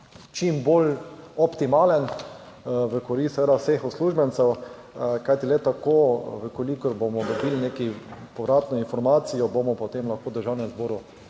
čim bolj optimalen, v korist seveda vseh uslužbencev. Kajti, le tako, v kolikor bomo dobili neko povratno informacijo, bomo potem lahko v Državnem zboru